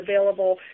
available